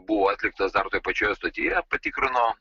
buvo atliktos dar toj pačioj stotyje patikrino